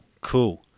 Cool